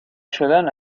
شدن